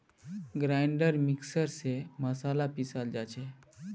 grinder mixer स मसाला पीसाल जा छे